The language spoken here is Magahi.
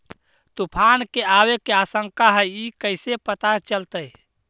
तुफान के आबे के आशंका है इस कैसे पता चलतै?